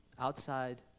outside